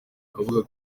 kabuga